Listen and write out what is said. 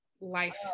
life